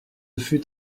fut